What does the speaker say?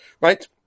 right